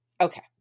Okay